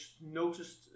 noticed